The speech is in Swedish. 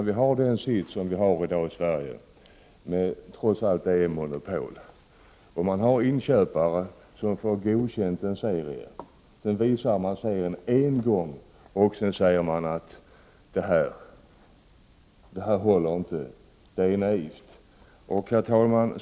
Vi har den situationen i Sverige att det trots allt är monopol. Efter det att inköparna fått serien godkänd visas serien en gång. Därefter säger man: Det här håller inte, det är naivt.